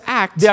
act